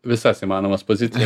visas įmanomas pozicijas